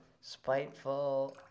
Spiteful